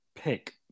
pick